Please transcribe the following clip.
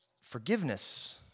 Forgiveness